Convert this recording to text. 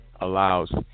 allows